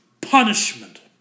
punishment